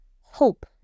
hope